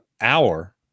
hour